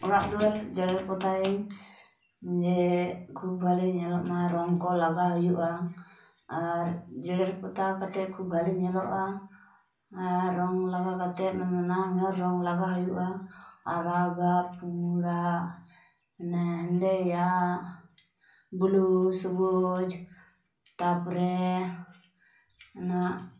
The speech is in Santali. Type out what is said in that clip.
ᱚᱲᱟᱜ ᱫᱩᱣᱟᱹᱨ ᱡᱮᱲᱮᱨ ᱯᱚᱭᱟᱹᱧ ᱡᱮ ᱠᱷᱩᱵᱽ ᱵᱷᱟᱞᱮ ᱧᱮᱞᱚᱜ ᱢᱟ ᱨᱚᱝ ᱠᱚ ᱞᱟᱜᱟᱣ ᱦᱩᱭᱩᱜᱼᱟ ᱟᱨ ᱡᱮᱲᱮᱨ ᱯᱚᱛᱟᱣ ᱠᱟᱛᱮᱫ ᱠᱷᱩᱵᱽ ᱵᱷᱟᱞᱮ ᱧᱮᱞᱚᱜᱼᱟ ᱟᱨ ᱨᱚᱝ ᱞᱟᱜᱟᱣ ᱠᱟᱛᱮᱫ ᱱᱟᱱᱟ ᱦᱩᱱᱟᱹᱨ ᱨᱚᱝ ᱞᱟᱜᱟᱣ ᱦᱩᱭᱩᱜᱼᱟ ᱟᱨᱟᱜᱟᱜ ᱯᱩᱬᱟᱜ ᱢᱟᱱᱮ ᱦᱮᱸᱫᱮᱭᱟᱜ ᱵᱞᱩ ᱥᱩᱵᱩᱡᱽ ᱛᱟᱯᱚᱨᱮ ᱚᱱᱟ